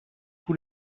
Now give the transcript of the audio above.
tous